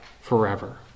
forever